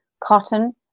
cotton